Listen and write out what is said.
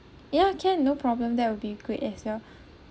yeah can no problem that would be great as